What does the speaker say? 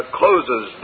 closes